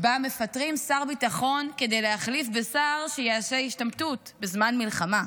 שבה מפטרים שר ביטחון כדי להחליף בשר שיעשה השתמטות בזמן מלחמה.